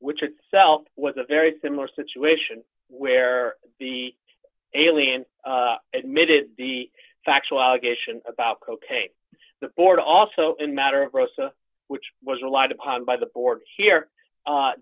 which itself was a very similar situation where the alien admitted the factual allegation about cocaine the board also in matter rossa which was a lot of by the board here